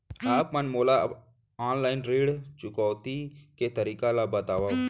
आप मन मोला ऑनलाइन ऋण चुकौती के तरीका ल बतावव?